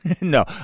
No